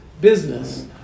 business